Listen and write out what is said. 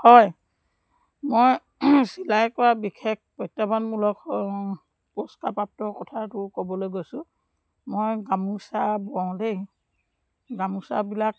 হয় মই চিলাই কৰা বিশেষ প্ৰত্যাহ্বানমূলক পুৰস্কাৰপ্ৰাপ্ত কথাটো ক'বলৈ গৈছোঁ মই গামোচা বওঁ দেই গামোচাবিলাক